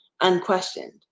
unquestioned